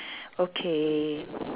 okay